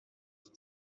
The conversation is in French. dans